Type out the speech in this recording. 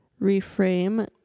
reframe